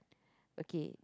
okay